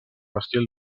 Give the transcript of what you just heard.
estil